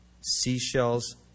seashells